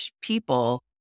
people